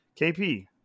KP